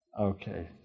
Okay